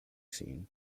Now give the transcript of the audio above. scene